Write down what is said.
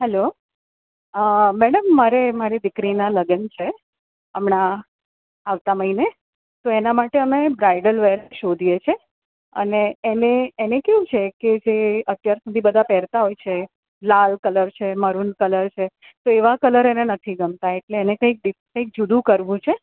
hello madam મારે મારી દીકરીના લગ્ન છે હમણાં આવતા મહિને તો એના માટે અમે બ્રાઈડલ વેર શોધીએ છે અને એને એને કેવું છે કે જે અત્યાર સુધી બધાં પહેરતાં હોય છે લાલ કલર છે મરૂન કલર છે તો એવા કલર એને નથી ગમતા એને કઈક ડિફરેંટ જુદું કરવું છે